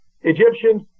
Egyptians